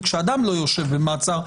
כשאדם לא יושב במעצר,